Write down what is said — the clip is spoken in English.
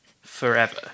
forever